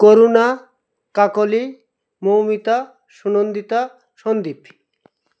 Karuna Kakali Moumita Sunandita Sandeep